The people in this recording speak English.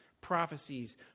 prophecies